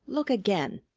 look again.